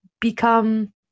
become